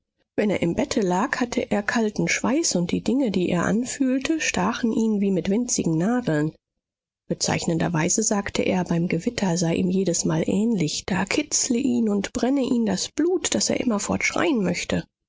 wenn er im bette lag hatte er kalten schweiß und die dinge die er anfühlte stachen ihn wie mit winzigen nadeln bezeichnenderweise sagte er beim gewitter sei ihm jedesmal ähnlich da kitzle ihn und brenne ihn das blut daß er immerfort schreien möchte